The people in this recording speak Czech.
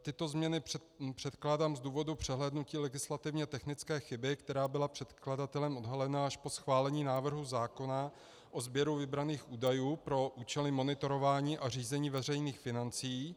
Tyto změny předkládám z důvodu přehlédnutí legislativně technické chyby, která byla předkladatelem odhalena až po schválení návrhu zákona o sběru vybraných údajů pro účely monitorování a řízení veřejných financí.